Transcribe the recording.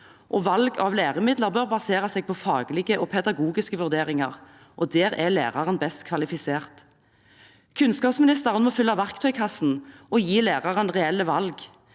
Valg av læremidler bør basere seg på faglige og pedagogiske vurderinger, og der er læreren best kvalifisert. Kunnskapsministeren må fylle verktøykassen og gi lærerne reelle valg,